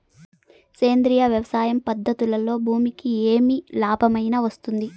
సేంద్రియ వ్యవసాయం పద్ధతులలో భూమికి ఏమి లాభమేనా వస్తుంది?